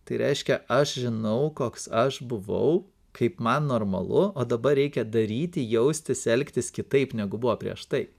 tai reiškia aš žinau koks aš buvau kaip man normalu o dabar reikia daryti jaustis elgtis kitaip negu buvo prieš tai